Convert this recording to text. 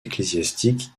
ecclésiastique